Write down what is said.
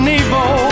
evil